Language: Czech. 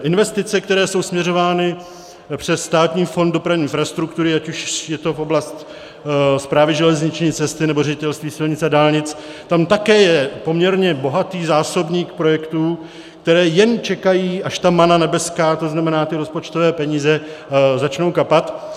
Investice, které jsou směřovány přes Státní fond dopravní infrastruktury, ať už je to oblast Správy železniční cesty, nebo Ředitelství silnic a dálnic, tam také je poměrně bohatý zásobník projektů, které jen čekají, až ta mana nebeská, tzn. rozpočtové peníze, začne kapat.